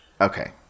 Okay